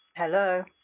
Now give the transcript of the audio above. Hello